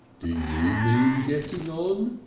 do you mean getting on?